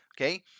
Okay